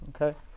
Okay